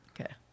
Okay